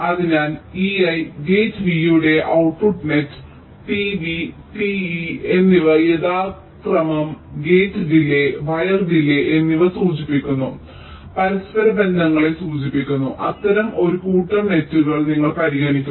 അതിനാൽ ei gate v യുടെ output net t v t e എന്നിവ യഥാക്രമം ഗേറ്റ് ഡിലേയ് വയർ ഡിലേയ് എന്നിവ സൂചിപ്പിക്കുന്ന പരസ്പരബന്ധങ്ങളെ സൂചിപ്പിക്കുന്ന അത്തരം ഒരു കൂട്ടം നെറ്റുകൾ ഞങ്ങൾ പരിഗണിക്കുന്നു